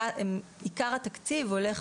עיקר התקציב הולך